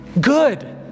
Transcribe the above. Good